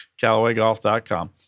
callawaygolf.com